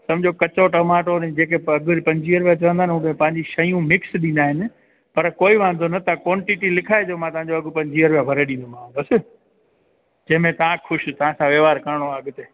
सम्झो कचो टमाटो जेके पगुर पंजुवीह रुपया चवंदा आहिनि पंहिंजी शयूं मिक्स ॾींदा आहिनि पर कोई वांधो न तव्हां क्वांटिटी लिखाइजो मां तव्हांजो अघु पंजुवीह रुपया भरे छॾींदोमांव बसि जंहिंमें तव्हां ख़ुशि तव्हां सां वहिंवार करिणो आहे अॻिते